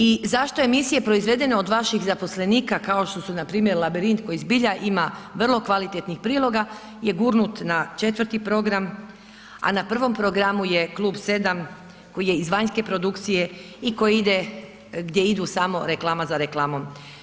I zašto emisije proizvedene od vaših zaposlenika kao što su npr. Labirint koji zbilja ima vrlo kvalitetnih priloga je gurnut na 4. program, a na 1. programu je Klub 7 koji je iz vanjske produkcije i koji ide gdje idu samo reklama za reklamom.